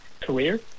career